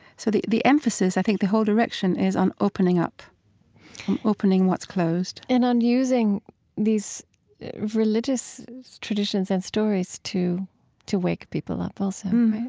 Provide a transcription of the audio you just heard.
so the the emphasis, i think, the whole direction is on opening up. and opening what's closed and on using these religious traditions and stories to to wake people up also. right?